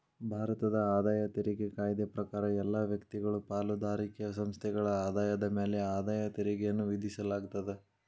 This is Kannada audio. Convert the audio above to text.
ಭಾರತದ ಆದಾಯ ತೆರಿಗೆ ಕಾಯ್ದೆ ಪ್ರಕಾರ ಎಲ್ಲಾ ವ್ಯಕ್ತಿಗಳು ಪಾಲುದಾರಿಕೆ ಸಂಸ್ಥೆಗಳ ಆದಾಯದ ಮ್ಯಾಲೆ ಆದಾಯ ತೆರಿಗೆಯನ್ನ ವಿಧಿಸಲಾಗ್ತದ